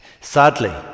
Sadly